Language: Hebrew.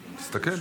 החינוך,